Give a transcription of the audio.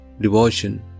devotion